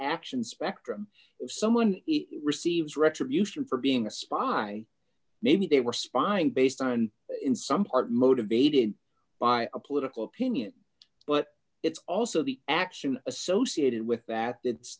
actions spectrum someone receives retribution for being a spy maybe they were spying based on in some part motivated by a political opinion but it's also the action associated with that